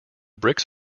bricks